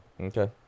Okay